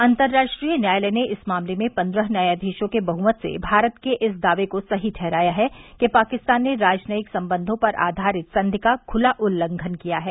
अतंर्राष्ट्रीय न्यायालय ने इस मामले में पन्द्रह न्यायाधीशों के बहमत से भारत के इस दावे को सही ठहराया है कि पाकिस्तान ने राजनयिक संबंधों पर आधारित संधि का खुला उल्लंघन किया है